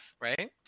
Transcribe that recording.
right